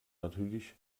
natürlich